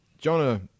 Jonah